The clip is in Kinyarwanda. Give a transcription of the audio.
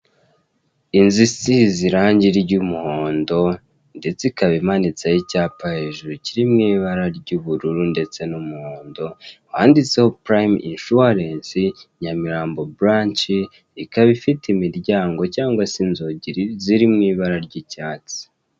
Inzusi isize irangi ry'umuhondo ndetse ikaba imanitseho icyapa hejuru kiri mu ibara ry'ubururu ndetse n'umuhondo, wanditseho Prime insurance, Nyamirambo branch, ikaba ifite imiryango cyangwa se inzugi ziri mu ibara ry'icyatsi.